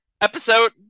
Episode